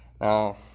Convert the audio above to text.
Now